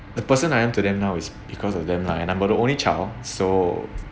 the person I am to them now is because of them lah and I'm the only child so